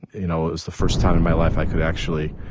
you know it was the first time in my life i could actually